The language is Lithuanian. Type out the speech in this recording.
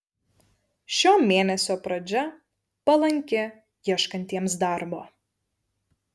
šio mėnesio pradžia palanki ieškantiems darbo